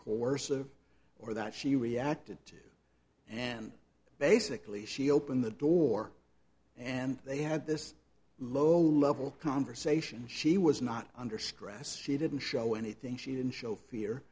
coarser or that she reacted to and basically she opened the door and they had this low level conversation she was not under stress she didn't show anything she didn't show fear